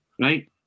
Right